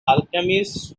alchemist